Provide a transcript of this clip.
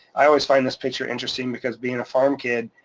i always find this picture interesting because being a farm kid,